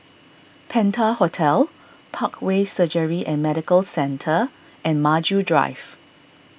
Penta Hotel Parkway Surgery and Medical Centre and Maju Drive